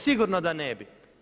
Sigurno da ne bi.